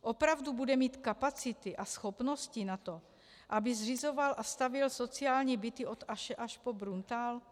Opravdu bude mít kapacity a schopnosti na to, aby zřizoval a stavěl sociální byty od Aše až po Bruntál?